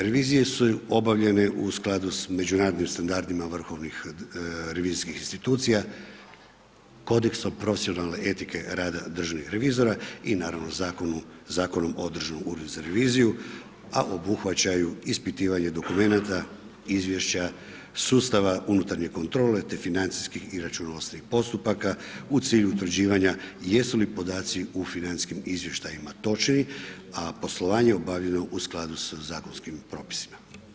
Revizije su obavljene u skladu sa međunarodnim standardima vrhovnih revizijskih institucija, kodeksom profesionalne etike rada državnih revizora i naravno Zakonom o Državnom uredu za reviziju a obuhvaćaju ispitivanje dokumenata, izvješća, sustava unutarnje kontrole te financijskih i računovodstvenih postupaka u cilju utvrđivanja jesu li podaci u financijskim izvještajima točni a poslovanje obavljeno u skladu sa zakonskim propisima.